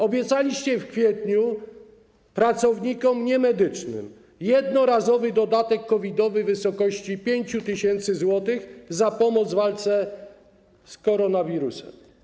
Obiecaliście w kwietniu pracownikom niemedycznym jednorazowy dodatek COVID-owy w wysokości 5 tys. zł za pomoc w walce z koronawirusem.